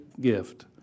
gift